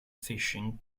fishing